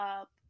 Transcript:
up